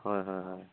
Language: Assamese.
হয় হয় হয়